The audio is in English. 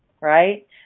right